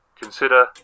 Consider